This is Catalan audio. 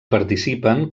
participen